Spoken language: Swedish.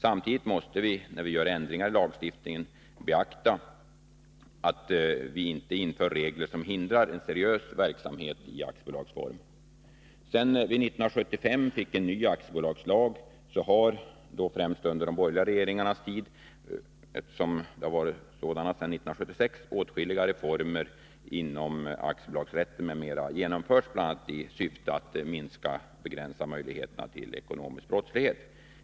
Samtidigt måste vi när vi gör ändringar i lagstiftningen se till att vi inte inför regler som hindrar en seriös verksamhet i aktiebolagsform. Sedan vi 1975 fick en ny aktiebolagslag har, främst under de borgerliga regeringarnas tid — eftersom det har varit sådana sedan 1976 — åtskilliga reformer inom aktiebolagsrätten numera genomförts, bl.a. i syfte att minska eller begränsa möjligheterna till ekonomisk brottslighet.